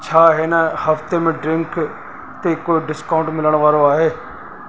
छा हिन हफ़्ते में ड्रिंक्स ते को डिस्काउंट मिलण वारो आहे